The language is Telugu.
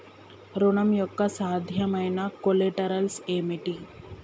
ఋణం యొక్క సాధ్యమైన కొలేటరల్స్ ఏమిటి?